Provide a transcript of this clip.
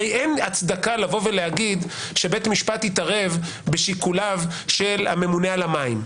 הרי אין הצדקה לבוא ולהגיד שבית משפט יתערב בשיקוליו של הממונה על המים.